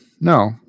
No